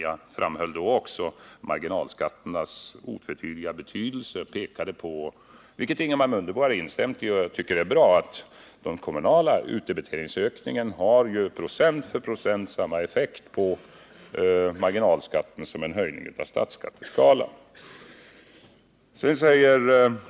Jag framhöll marginalskatternas otvetydiga betydelse och pekade på — det har Ingemar Mundebo instämt i, vilket jag tycker är bra — att den kommunala utdebiteringsökningen procent för procent har samma effekt på marginalskatterna som en höjning av statsskatteskalan.